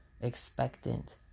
expectant